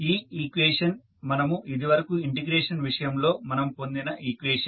ఈ ఈక్వేషన్ మనము ఇది వరకు ఇంటిగ్రేషన్ విషయంలో మనం పొందిన ఈక్వేషన్